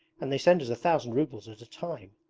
and they send us a thousand rubles at a time.